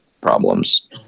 problems